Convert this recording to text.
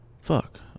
fuck